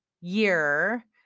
year